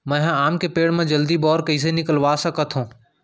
मैं ह आम के पेड़ मा जलदी बौर कइसे निकलवा सकथो?